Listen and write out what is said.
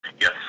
Yes